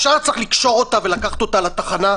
ישר צריך לקשור אותה ולקחת אותה לתחנה?